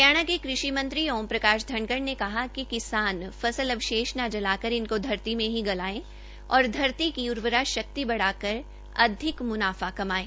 हरियाणा के कृषि मंत्री ओम प्रकाश धनखड़ ने कहा कि किसान फसल अवशेष न जलाकर इनको धरती में ही गलाये और धरती की उर्वरा शक्ति बढ़ाकर अधिक मुनाफा कमाये